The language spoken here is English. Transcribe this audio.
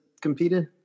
competed